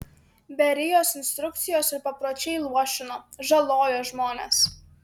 berijos instrukcijos ir papročiai luošino žalojo žmones